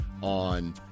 on